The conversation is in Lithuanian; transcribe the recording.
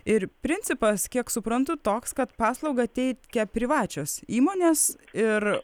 ir principas kiek suprantu toks kad paslaugą teikia privačios įmonės ir